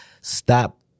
Stop